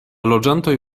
loĝantoj